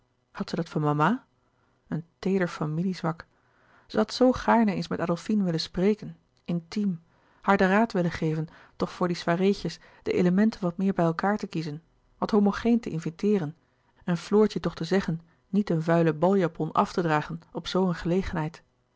had zij dat van mama een teeder familiezwak zij had zoo gaarne eens met adolfine willen spreken intiem haar den raad willen geven toch voor die soirée tjes de elementen wat meer bij elkaâr te kiezen wat homogeen te inviteeren en floortje toch te zeggen niet een vuile baljapon af te dragen op zoo een gelegenheid